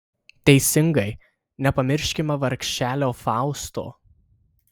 teisingai nepamirškime vargšelio fausto